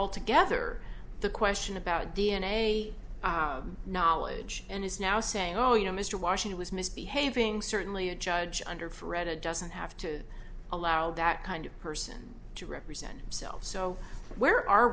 altogether the question about d n a knowledge and is now saying oh you know mr washington was misbehaving certainly a judge under fred it doesn't have to allow that kind of person to represent himself so where are